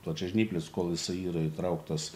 plačiažnyplis kol jisai yra įtrauktas